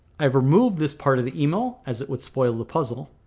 i've removed this part of the email as it would spoil the puzzle.